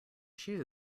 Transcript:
shoe